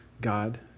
God